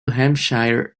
hampshire